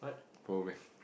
poor meh